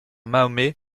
mahomet